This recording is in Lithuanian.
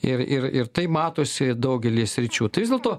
ir ir ir tai matosi daugelyje sričių tai vis dėlto